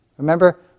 Remember